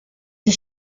die